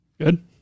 good